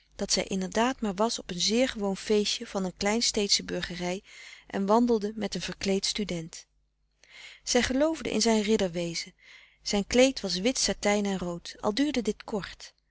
dat zij inderdaad maar was op een zeer gewoon feestje van een kleinsteedsche burgerij en wandelde met een verkleed student zij geloofde in zijn ridder wezen zijn kleed was wit satijn en rood al duurde dit kort